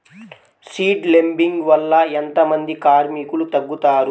Seed లేంబింగ్ వల్ల ఎంత మంది కార్మికులు తగ్గుతారు?